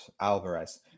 Alvarez